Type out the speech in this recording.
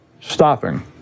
stopping